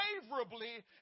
favorably